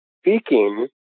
speaking